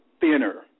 thinner